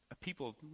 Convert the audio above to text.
people